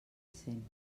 cent